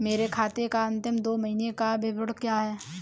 मेरे खाते का अंतिम दो महीने का विवरण क्या है?